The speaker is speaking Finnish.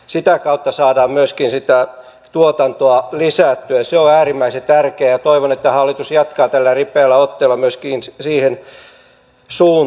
sitä kautta saadaan myöskin sitä tuotantoa lisättyä se on äärimmäisen tärkeää ja toivon että hallitus jatkaa tällä ripeällä otteella myöskin siihen suuntaan